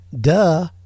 Duh